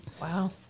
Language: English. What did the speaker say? Wow